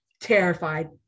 terrified